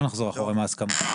לא נחזור אחורה מההסכמות.